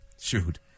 shoot